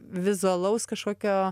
vizualaus kažkokio